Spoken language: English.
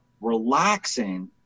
relaxing